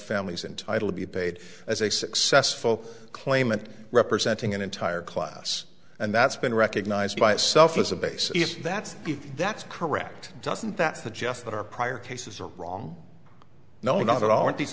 family's entitle to be bait as a successful claimant representing an entire class and that's been recognized by itself as a base if that's that's correct doesn't that suggest that our prior cases are wrong no not at all and these